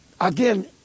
Again